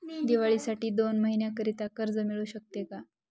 दिवाळीसाठी दोन महिन्याकरिता कर्ज मिळू शकते का?